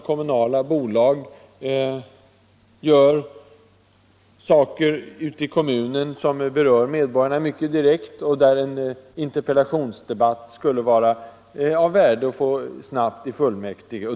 Kommunala bolag gör ofta ute i kommunen saker som berör medborgarna direkt, och det skulle i sådana fall vara av värde att snabbt få en interpellationsdebatt i fullmäktige.